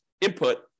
input